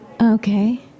Okay